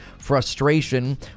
frustration